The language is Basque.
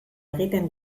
egiten